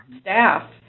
staff